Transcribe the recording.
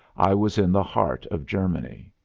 i was in the heart of germany.